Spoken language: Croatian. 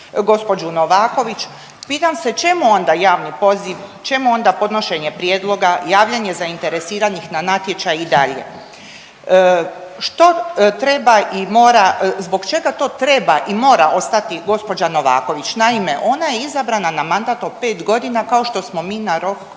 gđu. Novaković, pitam se čemu onda javni poziv, čemu onda podnošenje prijedloga, javljanje zainteresiranih na natječaj i dalje. Što treba i mora, zbog čega to treba i mora ostati gđa. Novaković? Naime, ona je izabrana na mandat od 5 godina, kao što smo na rok